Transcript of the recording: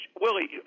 Willie